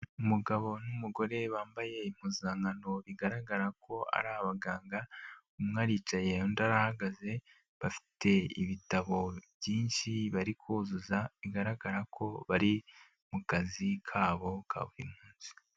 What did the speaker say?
Umugabo n'umugore bambaye impuzankano bigaragara ko ari abaganga, umwe aricaye undi arahagaze, bafite ibitabo byinshi bari kuzuza, bigaragara ko bari mu kazi kabo ka buri munsi.